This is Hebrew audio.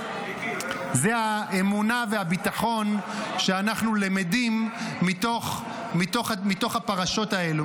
זה האמונה והביטחון שאנחנו למדים מתוך הפרשות האלו.